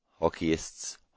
Hockeyists